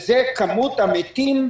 והוא כמות המתים,